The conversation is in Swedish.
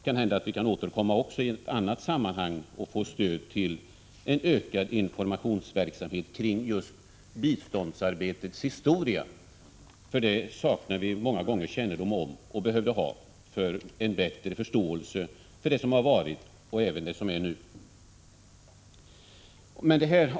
Kanhända kan vi också återkomma i ett annat sammanhang och få stöd för ökad informationsverksamhet om biståndsarbetets historia — vi saknar ofta kännedom om detta och behöver ha bättre förståelse både för det som har varit och för det som är nu.